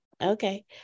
okay